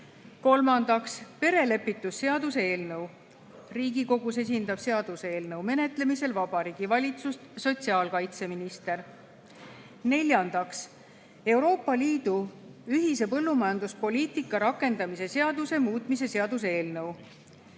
Kolmandaks, perelepitusseaduse eelnõu. Riigikogus esindab seaduseelnõu menetlemisel Vabariigi Valitsust sotsiaalkaitseminister. Neljandaks, Euroopa Liidu ühise põllumajanduspoliitika rakendamise seaduse muutmise seaduse eelnõu.